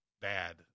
bad